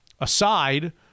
aside